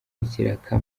ikiraka